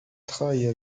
travailler